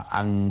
ang